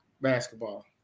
basketball